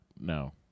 No